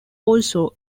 also